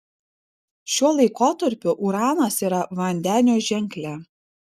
šiuo laikotarpiu uranas yra vandenio ženkle